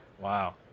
Wow